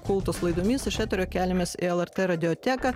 kultas laidomis iš eterio keliamės į lrt radioteką